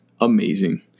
amazing